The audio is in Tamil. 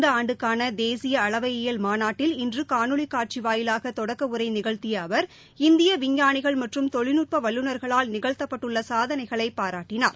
இந்த ஆண்டுக்கான தேசிய அளவை இயல் மாநாட்டில் இன்று காணொலி காட்சி வாயிலாக தொடக்க உரை நிகழ்த்திய அவர் இந்திய விஞ்ஞானிகள் மற்றும் தொழில்நுட்ப வல்லுநர்களால் நிகழ்த்தப்பட்டுள்ள சாதனைகளை பாரட்டினார்